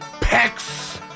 Pecs